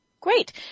Great